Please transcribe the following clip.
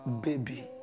baby